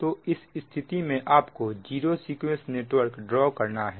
तो इस स्थिति में आपको जीरो सीक्वेंस नेटवर्क ड्रॉ करना है